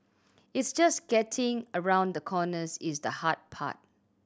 it's just getting around the corners is the hard part